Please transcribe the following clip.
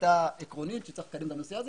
החלטה עקרונית שצריך לקדם את הנושא הזה.